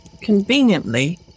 Conveniently